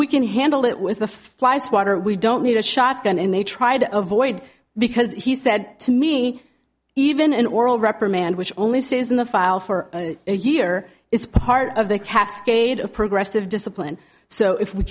we can handle it with the fly swatter we don't need a shotgun and they try to avoid because he said to me even an oral reprimand which only says in the file for a year is part of the cascade of progressive discipline so if we